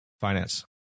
Finance